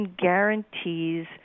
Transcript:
guarantees